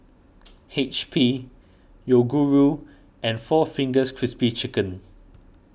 H P Yoguru and four Fingers Crispy Chicken